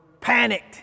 panicked